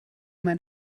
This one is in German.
mein